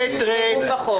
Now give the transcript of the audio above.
שטרית,